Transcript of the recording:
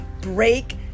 Break